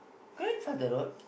grandfather road